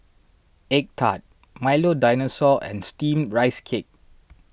Egg Tart Milo Dinosaur and Steamed Rice Cake